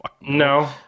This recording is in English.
no